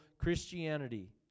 Christianity